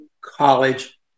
college